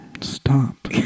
Stop